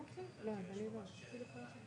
תודה רבה.